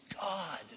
God